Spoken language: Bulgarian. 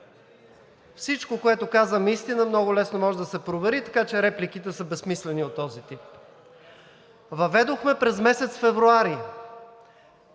Всичко, което казвам, е истина и много лесно може да се провери, така че репликите за безсмислени. Въведохме през месец февруари